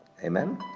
Amen